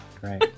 Great